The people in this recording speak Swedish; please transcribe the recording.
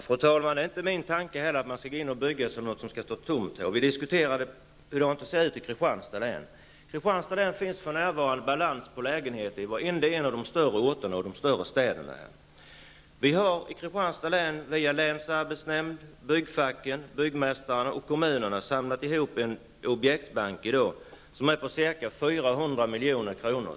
Fru talman! Det är inte heller min tanke att man skall gå in och bygga sådant som sedan skall stå tomt. Vi diskuterar hur det ser ut i Kristianstads län. I Kristianstads län finns för närvarande balans när det gäller lägenheter i varenda en av de större orterna och de större städerna. Vi har i Kristianstads län via länsarbetsnämnden, byggfacken, byggmästarna och kommunerna samlat ihop till en objektsbank, som i dag är på ca 400 milj.kr.